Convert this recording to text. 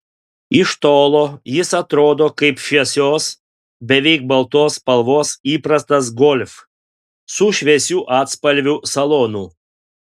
iš tolo jis atrodo kaip šviesios beveik baltos spalvos įprastas golf su šviesių atspalvių salonu